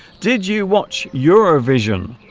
did you watch eurovision